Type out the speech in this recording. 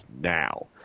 now